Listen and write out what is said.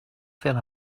fill